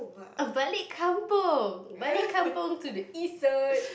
balik kampung balik kampung to the east side